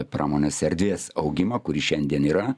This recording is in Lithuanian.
pramonės erdvės augimą kuris šiandien yra